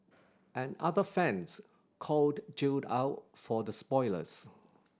and other fans called Jill out for the spoilers